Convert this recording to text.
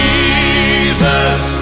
Jesus